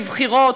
לבחירות?